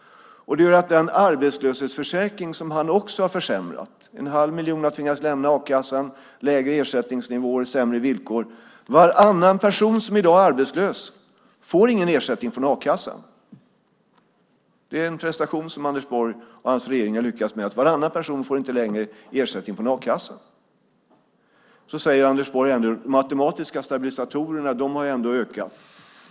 Detta gör att den arbetslöshetsförsäkring som han också har försämrat - en halv miljon har tvingats lämna a-kassan, lägre ersättningsnivåer och sämre villkor - har inneburit att varannan person som i dag är arbetslös får ingen ersättning från a-kassan. Det är en prestation som Anders Borg och hans regering har lyckats med, nämligen att varannan person inte längre får ersättning från a-kassan. Sedan säger Anders Borg att de automatiska stabilisatorerna ändå har ökat i omfattning.